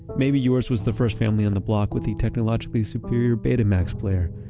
maybe yours was the first family on the block with the technologically-savvy, superior betamax player,